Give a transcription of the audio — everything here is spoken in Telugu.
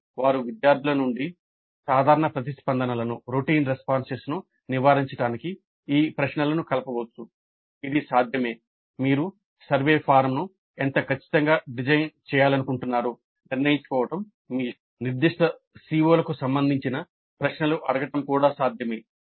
ఇలా వారు విద్యార్థుల నుండి సాధారణ ప్రతిస్పందనలను నిర్దిష్ట CO లకు సంబంధించిన ప్రశ్నలు అడగడం కూడా సాధ్యమే